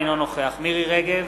אינו נוכח מירי רגב,